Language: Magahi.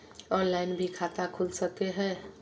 ऑनलाइन भी खाता खूल सके हय?